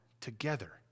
together